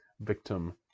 victim